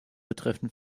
betreffen